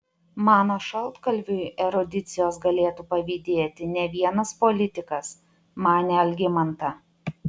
mano šaltkalviui erudicijos galėtų pavydėti ne vienas politikas manė algimanta